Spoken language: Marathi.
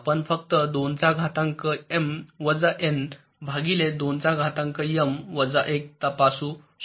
आपण फक्त 2 चा घातांक M वजा N भागिले 2 चा घातांक M वजा 1 तपासू शकता